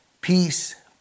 peace